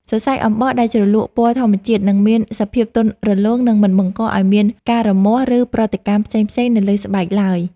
សរសៃអំបោះដែលជ្រលក់ពណ៌ធម្មជាតិ នឹងមានសភាពទន់រលោង និង មិនបង្កឱ្យមានការរមាស់ ឬ ប្រតិកម្មផ្សេងៗនៅលើស្បែកឡើយ។